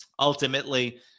Ultimately